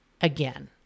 again